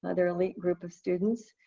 ah they're elite group of students.